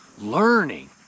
learning